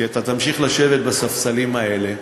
כי אתה תמשיך לשבת בספסלים האלה,